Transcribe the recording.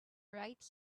right